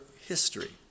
history